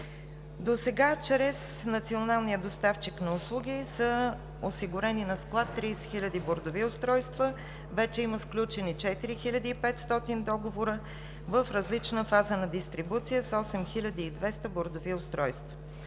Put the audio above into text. Досега чрез националния доставчик на услуги са осигурени на склад 30 000 бордови устройства. Вече има сключени 4500 договора, в различна фаза на дистрибуция са 8200 бордови устройства.